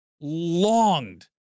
longed